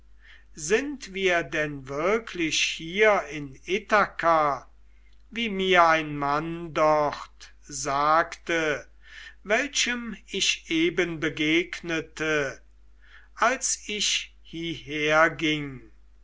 sind wir denn wirklich hier in ithaka wie mir ein mann dort sagte welchem ich eben begegnete als ich